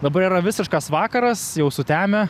dabar yra visiškas vakaras jau sutemę